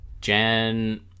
Jan